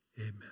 Amen